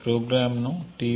ప్రోగ్రామ్ను t1